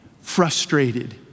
frustrated